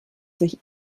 sich